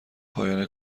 پایان